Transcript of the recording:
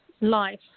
life